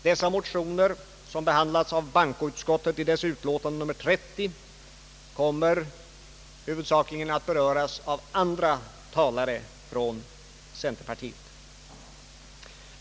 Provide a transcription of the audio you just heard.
Dessa motioner, som behandlats av bankoutskottet i dess utlåtande nr 30, kommer huvudsakligen att beröras av andra talare från centerpartiet.